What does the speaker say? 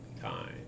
time